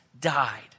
died